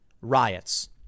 riots